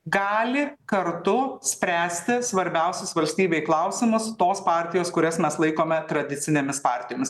gali kartu spręsti svarbiausius valstybei klausimus tos partijos kurias mes laikome tradicinėmis partijomis